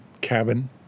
cabin